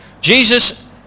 Jesus